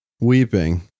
weeping